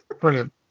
brilliant